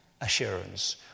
assurance